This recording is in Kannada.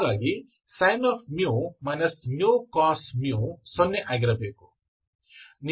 ಆದ್ದರಿಂದ sin μ cos ಸೊನ್ನೆ ಆಗಿರಬೇಕು